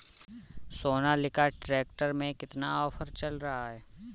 Sonalika tractor में कितना offer चल रहा है?